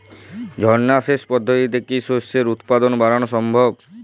ঝর্না সেচ পদ্ধতিতে কি শস্যের উৎপাদন বাড়ানো সম্ভব?